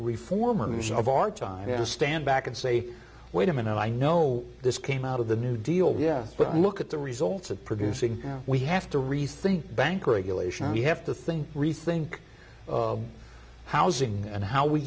reformers of our time to stand back and say wait a minute i know this came out of the new deal yes but look at the results of producing now we have to rethink bank regulation we have to think rethink housing and how we